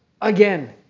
again